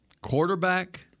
Quarterback